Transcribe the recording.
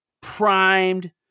primed